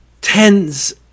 tens